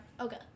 okay